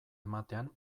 ematean